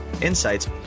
insights